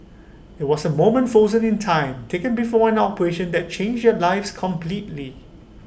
IT was A moment frozen in time taken before an operation that changed their lives completely